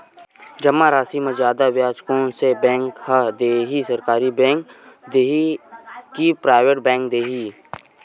जमा राशि म जादा ब्याज कोन से बैंक ह दे ही, सरकारी बैंक दे हि कि प्राइवेट बैंक देहि?